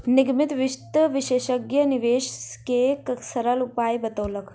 निगमित वित्त विशेषज्ञ निवेश के सरल उपाय बतौलक